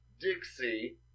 Dixie